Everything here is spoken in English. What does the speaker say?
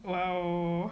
!wow!